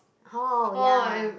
oh ya